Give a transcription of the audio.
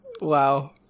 Wow